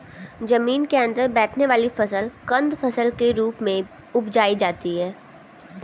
जमीन के अंदर बैठने वाली फसल कंद फसल के रूप में उपजायी जाती है